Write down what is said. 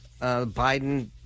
Biden